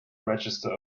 register